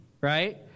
right